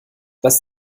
das